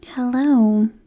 Hello